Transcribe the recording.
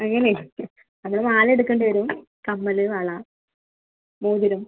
അങ്ങനെ എന്നാൽ മാല എടുക്കേണ്ടി വരും കമ്മൽ വള മോതിരം